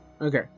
Okay